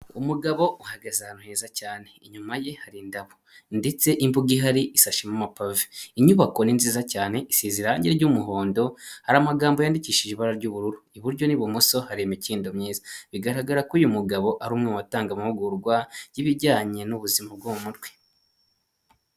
Umugabo uhagaze ahantu heza cyane inyuma ye hari indabo ndetse imbuga ihari isashemo amapave. Inyubako ni nziza cyane isize irange ry'umuhondo hari amagambo yandikishije ibara ry'ubururu. Iburyo n'ibumoso hari imikindo myiza bigaragara ko uyu mugabo ari umwe mu batanga amahugurwa y'ibijyanye n'ubuzima bwo mu mutwe.